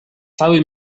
cały